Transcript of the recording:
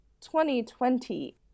2020